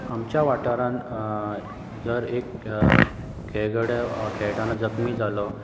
आमच्या वाठारांत जर एक खेळगडे खेळटाना जखमी जालो